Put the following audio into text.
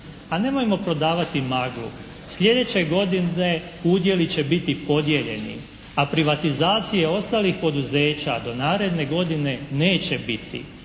Pa nemojmo prodavati maglu. Sljedeće godine udjeli će biti podijeljeni, a privatizacije ostalih poduzeća do naredne godine neće biti.